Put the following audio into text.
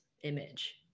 image